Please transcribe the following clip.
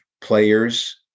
players